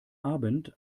abend